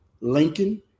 lincoln